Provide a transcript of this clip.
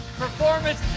performance